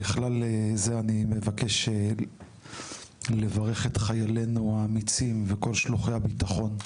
אני מבקש לברך את חיילנו האמיצים ואת כל שלוחות הביטחון,